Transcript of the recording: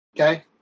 Okay